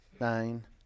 nine